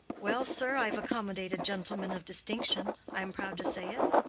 well, sir, i've accommodated gentlemen of distinction i'm proud to say it.